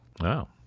Wow